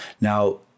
Now